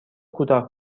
کوتاه